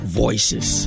voices